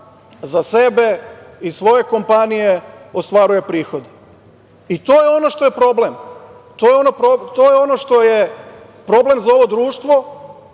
za sebe i svoje kompanije ostvaruje prihode. To je ono što je problem. To je ono što je problem za ovo društvo